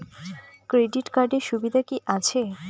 Credit কার্ডের সুবিধা কি আছে?